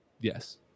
Yes